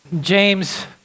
James